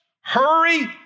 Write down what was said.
hurry